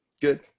Good